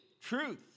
truth